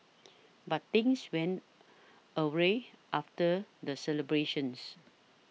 but things went awry after the celebrations